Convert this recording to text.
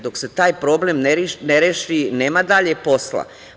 Dok se taj problem ne reši nema daljeg posla.